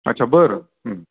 अच्छा बर हं